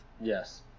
Yes